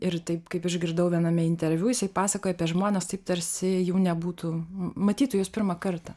ir taip kaip išgirdau viename interviu jisai pasakojo apie žmones taip tarsi jų nebūtų matytų juos pirmą kartą